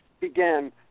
began